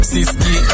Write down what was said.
Siski